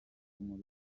muri